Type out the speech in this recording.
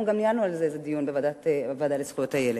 אנחנו גם ניהלנו על זה איזה דיון בוועדה לזכויות הילד.